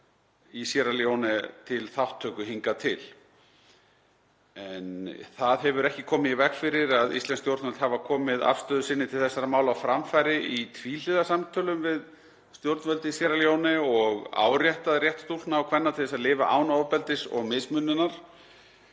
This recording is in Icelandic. í Síerra Leóne til þátttöku hingað til. Það hefur ekki komið í veg fyrir að íslensk stjórnvöld hafa komið afstöðu sinni til þessara mála á framfæri í tvíhliða samtölum við stjórnvöld í Síerra Leóne og áréttað rétt stúlkna og kvenna til að lifa án ofbeldis og mismununar.